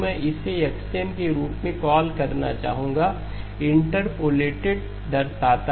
मैं इसे xI n के रूप में कॉल करना चाहूंगा I इंटरपोलेटेड दर्शाता है